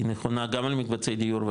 היא נכונה גם למקבצי הדיור,